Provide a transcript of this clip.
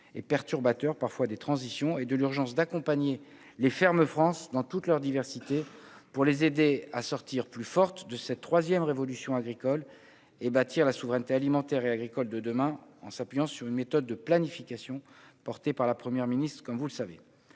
et perturbateur parfois des transitions et de l'urgence d'accompagner les fermes France dans toute leur diversité, pour les aider à sortir plus forte de cette 3ème révolution agricole et bâtir la souveraineté alimentaire et agricole de demain, en s'appuyant sur une méthode de planification, porté par la première ministre, comme vous le savez,